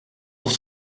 pour